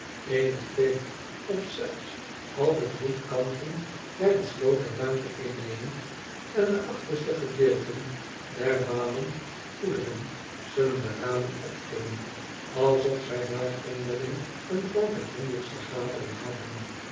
een of twee of zelfs al de drie kanten der besloten ruimte innemen en de achterste gedeelten der balen goederen zullen de ramen opvullen alsof zij daar onderling een groote handelsvergadering houden